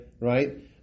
right